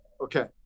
Okay